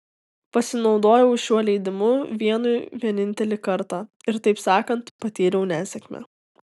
pasinaudojau šiuo leidimu vienui vienintelį kartą ir taip sakant patyriau nesėkmę